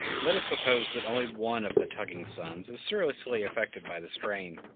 let us suppose that only one of the tugging suns is seriously affected by the strain.